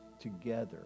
together